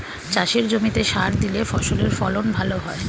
চাষের জমিতে সার দিলে ফসলের ফলন ভালো হয়